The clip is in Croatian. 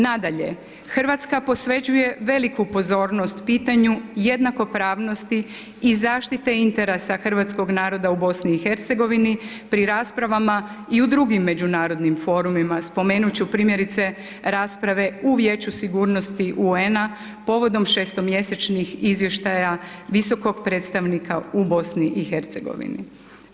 Nadalje, Hrvatska posvećuje veliku pozornost pitanju jednakopravnosti i zaštiti interesa hrvatskog naroda u BiH-u pri raspravama i u drugim međunarodnim forumima, spomenut ću primjerice rasprave u Vijeću sigurnosti UN-a povodom šestomjesečnih izvještaja Visokog predstavnika u BiH-u.